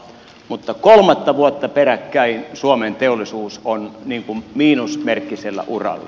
mutta kolmatta vuotta peräkkäin suomen teollisuus on miinusmerkkisellä uralla